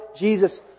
Jesus